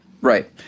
Right